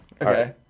Okay